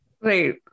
Right